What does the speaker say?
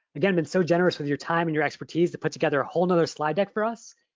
again, been so generous with your time and your expertise to put together a whole nother slide deck for us.